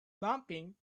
bumping